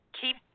keep